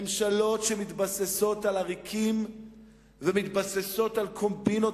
ממשלות שמתבססות על עריקים ומתבססות על קומבינות